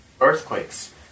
Earthquakes